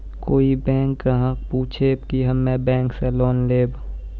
कोई बैंक ग्राहक पुछेब की हम्मे बैंक से लोन लेबऽ?